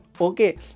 Okay